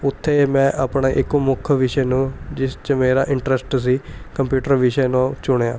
ਉੱਥੇ ਮੈਂ ਆਪਣਾ ਇੱਕ ਮੁੱਖ ਵਿਸ਼ੇ ਨੂੰ ਜਿਸ 'ਚ ਮੇਰਾ ਇੰਟਰਸਟ ਸੀ ਕੰਪਿਊਟਰ ਵਿਸ਼ੇ ਨੂੰ ਚੁਣਿਆ